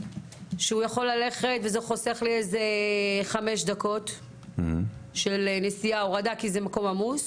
שאפשר ללכת בו וזה חוסך לי חמש דקות של נסיעה והורדה כי זה מקום עמוס